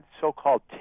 so-called